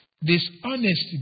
dishonest